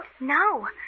No